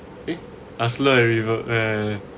eh ah slur already verb eh